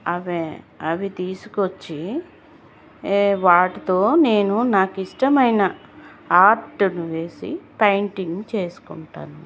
అవే అవి తీసుకొచ్చి వాటితో నేను నాకిష్టమైన ఆర్ట్ను వేసి పెయింటింగ్ చేసుకుంటాను